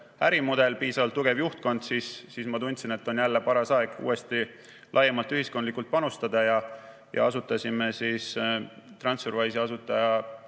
ärimudel, piisavalt tugev juhtkond, siis ma tundsin, et on paras aeg uuesti laiemalt ühiskondlikult panustada. Asutasime TransferWise'i asutaja